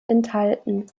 enthalten